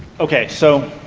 okay. so,